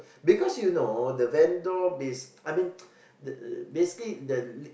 because you know the vendor this I mean the basically the l~